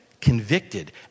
convicted